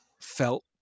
felt